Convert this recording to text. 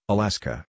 Alaska